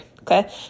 okay